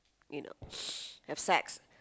you know have sex